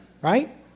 Right